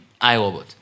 iRobot